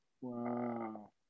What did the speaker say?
Wow